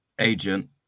agent